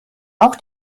auch